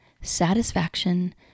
satisfaction